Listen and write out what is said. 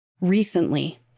Recently